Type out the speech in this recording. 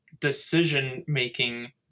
decision-making